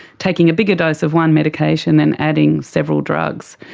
taking a bigger dose of one medication and adding several drugs.